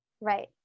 Right